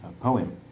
poem